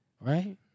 Right